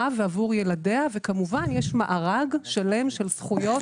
ועבור ילדיה וכמובן יש מארג שלם של זכויות כלכליות וטיפולים.